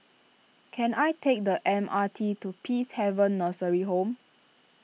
can I take the M R T to Peacehaven Nursery Home